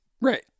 right